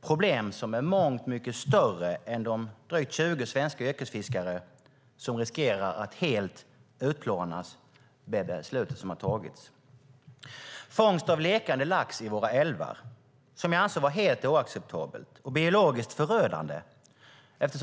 problem som är långt mycket större än de drygt 20 svenska yrkesfiskare som riskerar att helt utplånas i och med det beslut som fattats. Jag anser fångst av lekande lax i våra älvar vara helt oacceptabelt och biologiskt förödande.